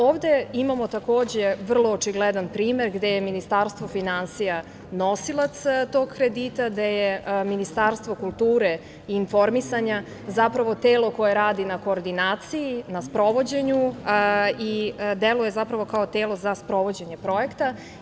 Ovde imamo takođe vrlo očigledan primer gde je Ministarstvo finansija nosilac tog kredita, gde je Ministarstvo kulture i informisanja zapravo telo koje radi na koordinaciji, na sprovođenju i deluje zapravo kao telo za sprovođenje projekta.